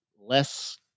less